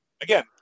again